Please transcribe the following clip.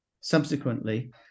subsequently